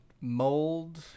mold